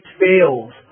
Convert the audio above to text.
fails